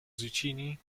zucchini